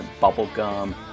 bubblegum